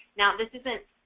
no this isn't